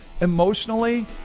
emotionally